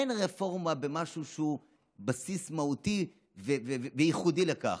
אין רפורמה במשהו שהוא בסיס מהותי וייחודי לכך.